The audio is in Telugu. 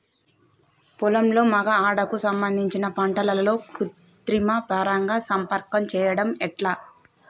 పొలంలో మగ ఆడ కు సంబంధించిన పంటలలో కృత్రిమ పరంగా సంపర్కం చెయ్యడం ఎట్ల?